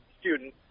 student